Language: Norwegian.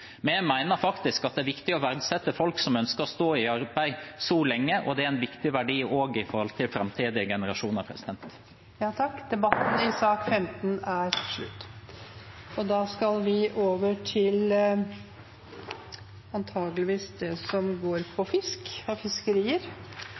faktisk at det er viktig å verdsette folk som ønsker å stå i arbeid så lenge, og det er en viktig verdi også med tanke på framtidige generasjoner. Fortsatt er effekten det som Senterpartiet dokumenterer i denne saken dersom en fortsetter å jobbe etter fylte 67 år, med tanke på den tjenestepensjonen som